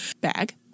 bag